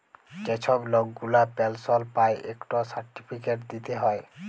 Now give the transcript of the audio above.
যে ছব লক গুলা পেলশল পায় ইকট সার্টিফিকেট দিতে হ্যয়